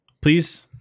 please